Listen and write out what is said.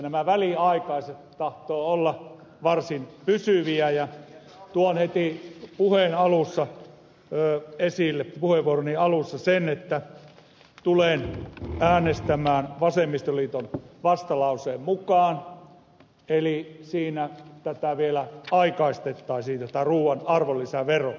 nämä väliaikaiset tahtovat olla varsin pysyviä ja tuon heti puheenvuoroni alussa esiin sen että tulen äänestämään vasemmistoliiton vastalauseen mukaan eli siinä tätä ruuan arvonlisäveron muutosta vielä aikaistettaisiin